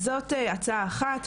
אז זאת הצעה אחת,